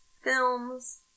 films